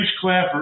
Clapper